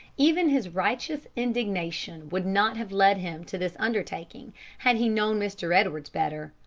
even his righteous indignation would not have led him to this undertaking had he known mr. edwards better,